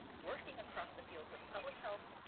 working across the fields of public health,